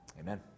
Amen